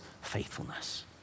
faithfulness